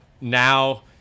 now